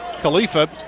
Khalifa